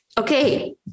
Okay